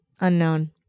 Unknown